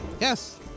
Yes